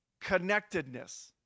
connectedness